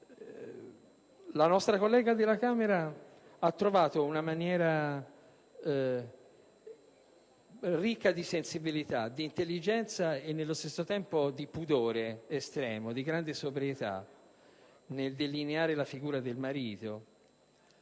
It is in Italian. La nostra collega della Camera ha trovato una maniera ricca di sensibilità, intelligenza e, nello stesso tempo, estremo pudore e grande sobrietà nel delineare la figura del marito.